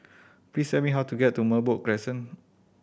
please tell me how to get to Merbok Crescent